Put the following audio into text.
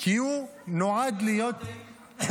כי הוא נועד להיות -- אתה רוצה תה?